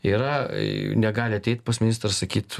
yra negali ateiti pas ministrą sakyt